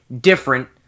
different